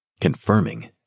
confirming